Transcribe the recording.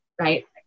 right